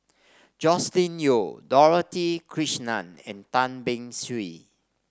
Joscelin Yeo Dorothy Krishnan and Tan Beng Swee